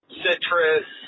citrus